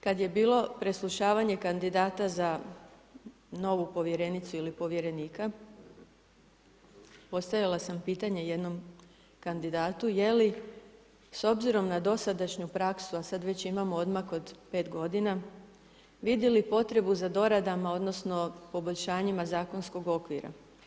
Kada je bilo preslušavanje kandidata za novu povjerenicu ili povjerenika postavila sam pitanje jednom kandidatu je li s obzirom na dosadašnju praksu a sada veći imamo odmak od 5 godina, vidjeli potrebu za doradama, odnosno poboljšanjima zakonskog okvira.